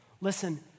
Listen